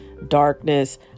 darkness